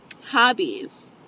Hobbies